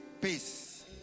peace